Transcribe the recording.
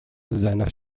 seiner